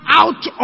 out